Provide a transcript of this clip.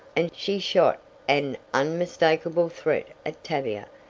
and she shot an unmistakable threat at tavia.